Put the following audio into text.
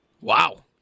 Wow